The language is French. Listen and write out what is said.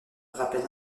rappelle